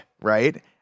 right